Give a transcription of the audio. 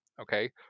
okay